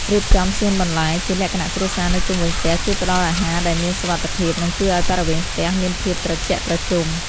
រៀបចំសួនបន្លែជាលក្ខណៈគ្រួសារនៅជុំវិញផ្ទះជួយផ្ដល់អាហារដែលមានសុវត្ថិភាព និង ជួយឱ្យបរិវេណផ្ទះមានភាពត្រជាក់ត្រជុំ។